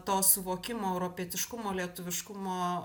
to suvokimo europietiškumo lietuviškumo